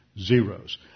zeros